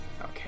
okay